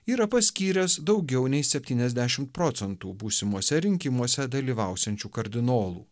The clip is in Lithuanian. yra paskyręs daugiau nei septyniasdešim procentų būsimuose rinkimuose dalyvausiančių kardinolų